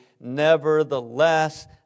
Nevertheless